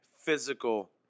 physical